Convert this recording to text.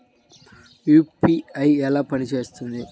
UPI ఎలా పనిచేస్తుంది?